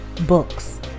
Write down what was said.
books